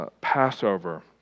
Passover